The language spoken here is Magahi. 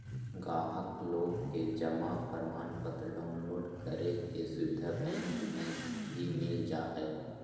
गाहक लोग के जमा प्रमाणपत्र डाउनलोड करे के सुविधा बैंक मे भी मिल जा हय